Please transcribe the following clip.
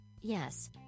Yes